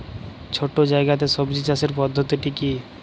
ছোট্ট জায়গাতে সবজি চাষের পদ্ধতিটি কী?